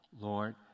Lord